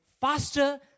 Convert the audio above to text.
faster